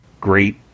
great